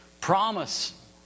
promise